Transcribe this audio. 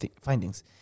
findings